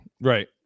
Right